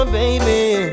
baby